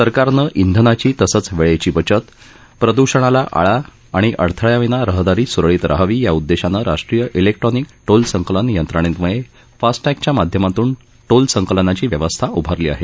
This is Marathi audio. सरकारनं इंधनाची तसंच वेळेची बचत प्रद्षणाला आळा आणि अडथळयाविना रहदारी सुरळीत रहावी या उद्देशानं राष्ट्रीय इलेक्ट्रॉनिक टोल संकलन यंत्रणेन्वये फास्टॅगच्या माध्यमातून टोल संकलनाची व्यवस्था उभारली आहे